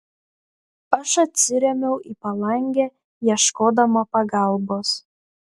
aš atsirėmiau į palangę ieškodama pagalbos